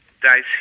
dice